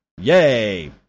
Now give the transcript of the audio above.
Yay